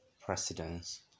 precedence